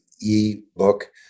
e-book